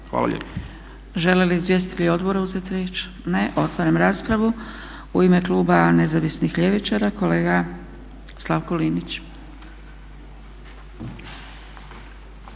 Dragica (SDP)** Žele li izvjestitelji odbora uzeti riječ? Ne. Otvaram raspravu. U ime Kluba nezavisnih ljevičara kolega Slavko Linić.